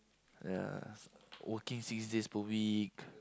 ya working six days per week